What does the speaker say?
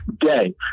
day